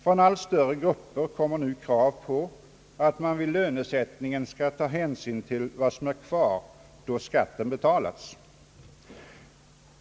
Från allt större grupper kommer nu kravet att man vid lönesättningen skall ta hänsyn till vad som är kvar sedan skatten betalats.